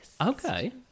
Okay